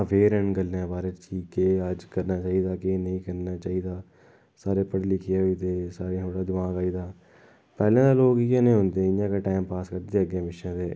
aware न गल्लें बारें कि केह् अज्ज करना चाहिदा केह् नेईं करना चाहिदा सारे पढ़ी लिखियै वि ते सारें थोह्ड़ा दिमाग आई दा पैह्लें ते लोक इय्यै नेह होंदे हे इय्यां गै टैम पास करदे अग्गें पिच्छै ते